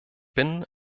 bin